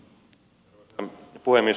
arvoisa puhemies